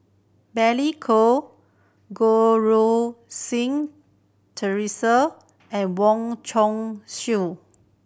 Billy Koh Goh Si Theresa and Wong Chong Sou